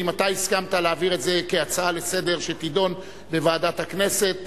אם אתה הסכמת להעביר את זה כהצעה לסדר-היום שתידון בוועדת הכנסת,